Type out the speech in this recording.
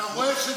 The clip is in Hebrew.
אתה רואה,